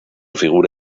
figura